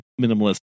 minimalist